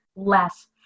less